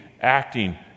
acting